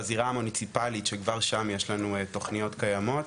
בזירה המוניציפלית שכבר שם יש לנו תוכניות קיימות,